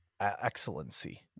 excellency